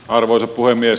arvoisa puhemies